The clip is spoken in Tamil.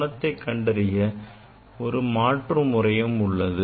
கோணத்தை கண்டறிய ஒரு மாற்று முறையும் உள்ளது